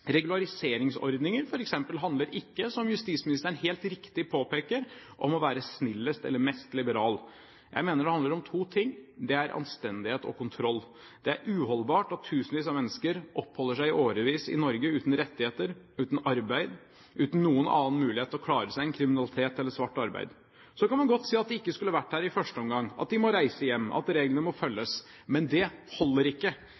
Regulariseringsordninger f.eks. handler ikke, som justisministeren helt riktig påpeker, om å være snillest eller mest liberal. Jeg mener det handler om to ting, og det er anstendighet og kontroll. Det er uholdbart at tusenvis av mennesker oppholder seg årevis i Norge uten rettigheter, uten arbeid, uten noen annen mulighet til å klare seg enn kriminalitet eller svart arbeid. Så kan man godt si at de ikke skulle vært her i første omgang, at de må reise hjem, og at reglene må følges. Men det holder ikke.